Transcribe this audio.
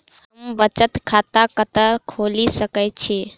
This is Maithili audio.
हम बचत खाता कतऽ खोलि सकै छी?